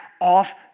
off